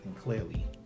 clearly